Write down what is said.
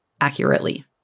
accurately